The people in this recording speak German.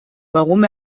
warum